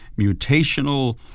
mutational